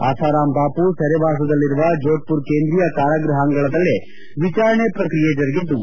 ಅಸಾರಾಂ ಬಾಮ ಸೆರೆವಾಸದಲ್ಲಿರುವ ಜೋಧ್ಪುರ ಕೇಂದ್ರೀಯ ಕಾರಾಗ್ವಹ ಅಂಗಳದಲ್ಲೇ ವಿಚಾರಣೆ ಪ್ರಕ್ರಿಯೆ ಜರುಗಿದ್ಲು